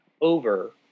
over